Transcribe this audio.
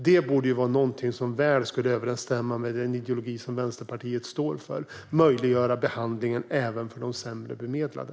Det borde vara någonting som väl skulle överensstämma med den ideologi som Vänsterpartiet står för, att möjliggöra behandling även för de sämre bemedlade.